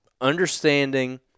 understanding